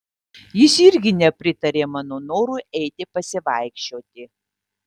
jis irgi nepritarė mano norui eiti pasivaikščioti